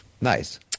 Nice